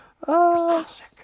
Classic